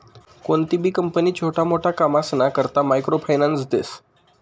कोणतीबी कंपनी छोटा मोटा कामसना करता मायक्रो फायनान्स देस